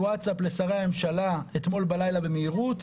בווטסאפ לשרי הממשלה אתמול בלילה במהירות,